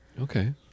Okay